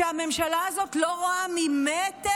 שהממשלה הזאת לא רואה ממטר,